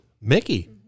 Mickey